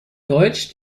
deutsch